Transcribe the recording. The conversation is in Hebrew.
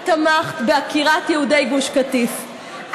את תמכת בעקירת יהודי גוש קטיף,